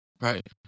Right